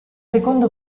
secondo